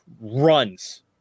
runs